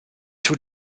two